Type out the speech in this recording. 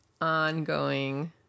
ongoing